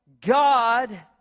God